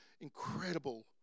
incredible